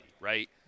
Right